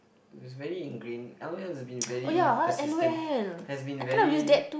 is very in grain l_o_l has been very persistent has been very